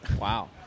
Wow